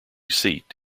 seat